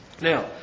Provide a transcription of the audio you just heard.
Now